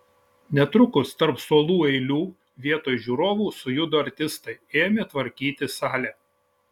netrukus tarp suolų eilių vietoj žiūrovų sujudo artistai ėmė tvarkyti salę